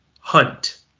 Hunt